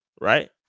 Right